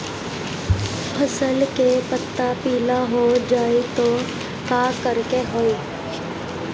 फसल के पत्ता पीला हो जाई त का करेके होई?